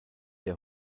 der